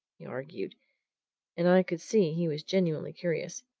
he argued and i could see he was genuinely curious.